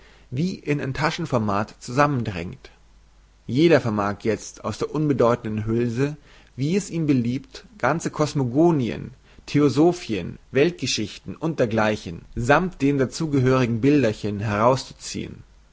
wie in ein taschenformat zusammendrängt jeder vermag jezt aus der unbedeutenden hülse wie es ihm beliebt ganze kosmogonien theosophien weltgeschichten und dergleichen samt den dazu gehörigen bilderchen herauszuziehen